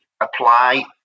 apply